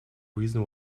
reason